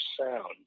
sound